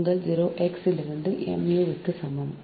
உங்கள் 0 x லிருந்து mu 0 க்கு சமம்